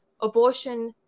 abortion